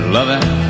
Loving